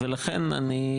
ולכן אני,